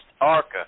Arca